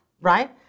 right